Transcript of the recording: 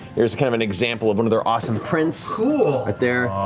there's kind of an example of one of their awesome prints right there.